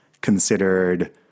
considered